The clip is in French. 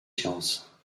sciences